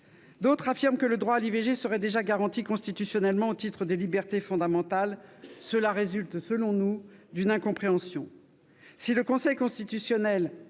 D'autres affirment que le droit à l'IVG serait déjà garanti constitutionnellement au titre des libertés fondamentales : cela résulte, selon nous, d'une incompréhension. Si le Conseil constitutionnel